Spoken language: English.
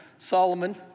Solomon